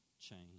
change